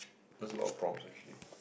that's a lot problem actually